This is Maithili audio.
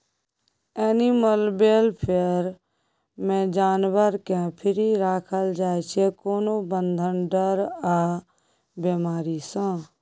एनिमल बेलफेयर मे जानबर केँ फ्री राखल जाइ छै कोनो बंधन, डर आ बेमारी सँ